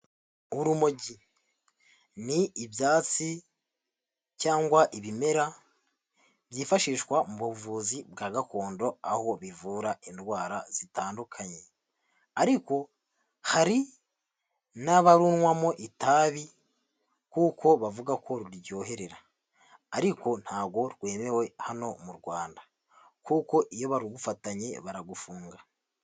Urumogi ni ibyatsi cyangwa ibimera byifashishwa mu buvuzi bwa gakondo, aho bivura indwara zitandukanye ariko hari n'abarunywamo itabi kuko bavuga ko ruryohera ariko ntabwo rwemewe hano mu Rwanda kuko iyo barugufatanye baragufunga.